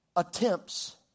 attempts